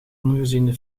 ongeziene